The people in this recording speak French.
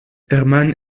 hermann